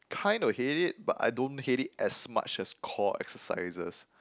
kind of hate it but I don't hate it as much as core exercises